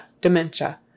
Dementia